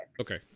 Okay